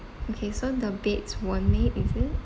okay so the beds weren't made is it